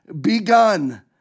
begun